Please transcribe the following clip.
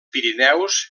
pirineus